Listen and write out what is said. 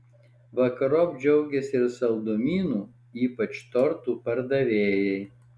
vakarop džiaugėsi ir saldumynų ypač tortų pardavėjai